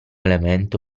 elemento